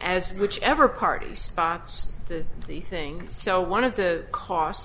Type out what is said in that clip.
as whichever party spots the the thing so one of the cost